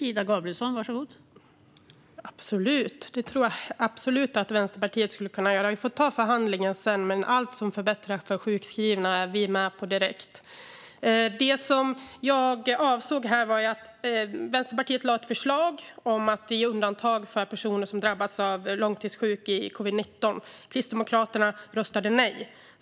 Fru talman! Det tror jag absolut att Vänsterpartiet skulle kunna göra. Vi får ta förhandlingen sedan, men allt som förbättrar för sjukskrivna är vi med på direkt. Det som jag avsåg var att Vänsterpartiet lagt fram ett förslag om att ge undantag för personer som drabbats av att bli långtidssjuka i covid-19. Kristdemokraterna röstade nej.